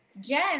Jen